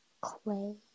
Clay